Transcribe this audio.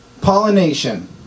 pollination